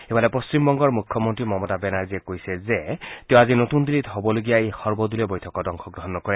ইফালে পশ্চিম বংগৰ মুখ্যমন্তী মমতা বেনাৰ্জীয়ে কৈয়ে যে তেওঁ আজি নতুন দিল্লীত হ'বলগীয়া এই সৰ্বদলীয় বৈঠকত অংশগ্ৰহণ নকৰে